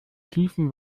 schiefen